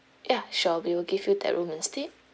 ya sure we will give you that room instead